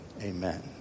amen